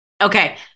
Okay